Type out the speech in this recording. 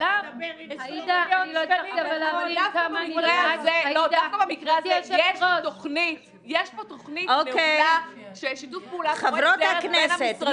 ------ דווקא במקרה הזה יש תכנית פעולה ששיתוף פעולה --- חברות הכנסת,